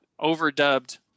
overdubbed